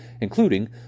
including